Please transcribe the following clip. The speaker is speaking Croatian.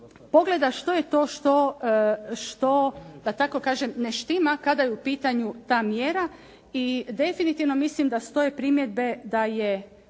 što, da tako kažem, ne štima kada je u pitanju ta mjera i definitivno mislim da stoje primjedbe da je